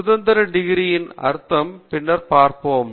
சுதந்திரம் டிகிரி என்ன அர்த்தம் பின்னர் பார்ப்போம்